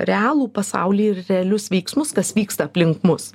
realų pasaulį ir realius veiksmus kas vyksta aplink mus